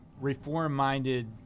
reform-minded